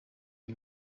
ibi